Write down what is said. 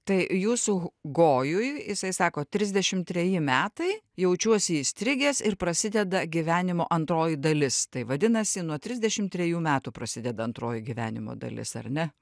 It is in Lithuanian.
tai jūsų gojui jisai sako trisdešim treji metai jaučiuosi įstrigęs ir prasideda gyvenimo antroji dalis tai vadinasi nuo trisdešim trejų metų prasideda antroji gyvenimo dalis ar ne